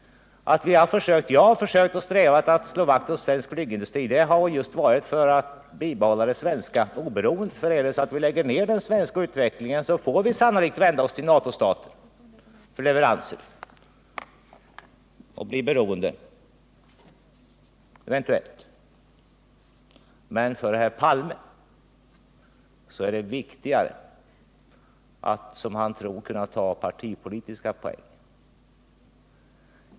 När jag har Måndagen den strävat efter att slå vakt om svensk flygindustri har det just varit för att 4 december 1978 bibehålla det svenska oberoendet, för lägger vi ner vår flygplansutveckling får vi sannolikt vända oss till NATO-stater för leverans och blir eventuellt beroende av dem. Men för herr Palme är det viktigare att, som han tror, kunna ta hem partipolitiska poäng.